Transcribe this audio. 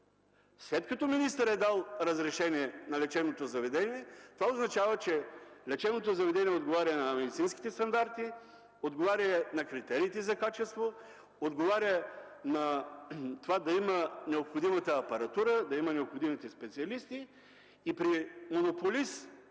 След като министърът е дал разрешение на лечебното заведение, това означава, че лечебното заведение отговаря на медицинските стандарти, на критериите за качество, на това да има необходимата апаратура, да има необходимите специалисти и при монополист